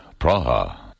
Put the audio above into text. Praha